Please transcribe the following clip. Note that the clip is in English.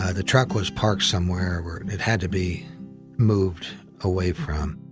the truck was parked somewhere where it had to be moved away from.